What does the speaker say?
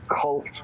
cult